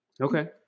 okay